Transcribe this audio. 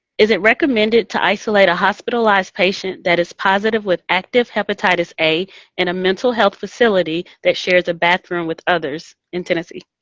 is it recommended to isolate a hospitalized patient that is positive with active hepatitis a in a mental health facility that shares a bathroom with others in tennessee?